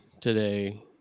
today